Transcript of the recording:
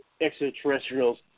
extraterrestrials